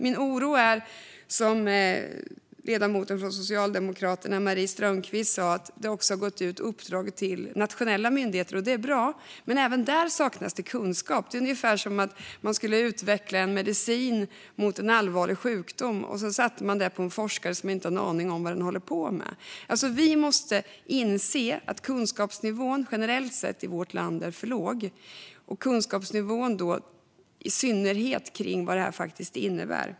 Min oro är, som ledamoten från Socialdemokraterna Maria Strömkvist sa, att det har gått ut uppdrag till nationella myndigheter. Det är bra, men även där saknas det kunskap. Det är ungefär som att man skulle utveckla en medicin mot en allvarlig sjukdom. Sedan ger man det uppdraget till en forskare som inte har en aning om vad den håller på med. Vi måste inse att kunskapsnivån generellt sett i vårt land är för låg. Det gäller i synnerhet kunskapsnivån om vad det faktiskt innebär.